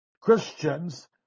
Christians